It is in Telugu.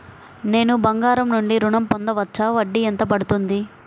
నేను బంగారం నుండి ఋణం పొందవచ్చా? వడ్డీ ఎంత పడుతుంది?